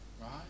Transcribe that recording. right